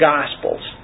Gospels